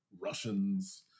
Russians